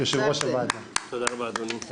ליושב ראש ועדת החינוך,